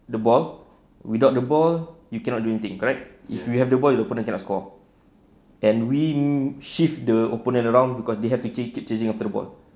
the ball without the ball you cannot do anything correct if you have the ball the opponent cannot score and we shift the opponent around cause they have to keep chasing after the ball